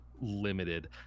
limited